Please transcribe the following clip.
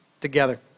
together